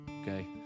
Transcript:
Okay